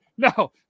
No